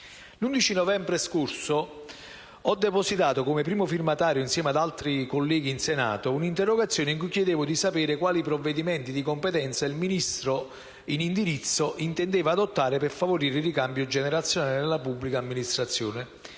L'11 novembre scorso ho depositato in Senato come primo firmatario, insieme ad altri colleghi, un'interrogazione in cui chiedevo di sapere quali provvedimenti di competenza il Ministro in indirizzo intendesse adottare per favorire il ricambio generazionale nella pubblica amministrazione,